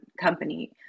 company